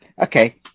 Okay